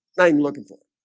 i'm looking for